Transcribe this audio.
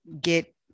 get